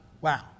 Wow